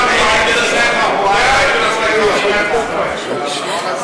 דיברנו על מדינת חוקה לעומת מדינת,